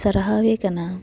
ᱥᱟᱨᱦᱟᱣᱼᱮ ᱠᱟᱱᱟ